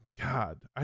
god